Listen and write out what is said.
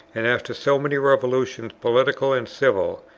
and after so many revolutions, political and civil,